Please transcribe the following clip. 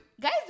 Guys